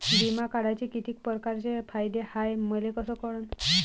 बिमा काढाचे कितीक परकारचे फायदे हाय मले कस कळन?